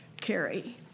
carry